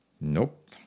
Nope